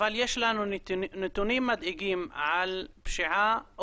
אבל יש לנו נתונים מדאיגים על פשיעה,